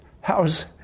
how's